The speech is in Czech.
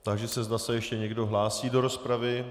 Táži se, zda se ještě někdo hlásí do rozpravy.